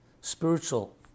spiritual